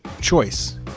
choice